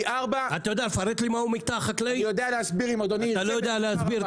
אני יודע להסביר אם אדוני --- אתה לא יודע להסביר,